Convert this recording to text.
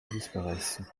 disparaisse